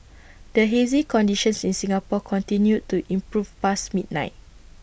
the hazy conditions in Singapore continued to improve past midnight